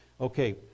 Okay